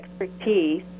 expertise